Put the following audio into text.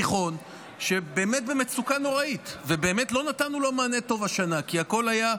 תיכון שבאמת במצוקה נוראית ובאמת לא נתנו לו מענה טוב השנה כי הכול היה: